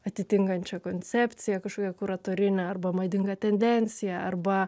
atitinkančią koncepciją kažkokią kuratorinę arba madingą tendenciją arba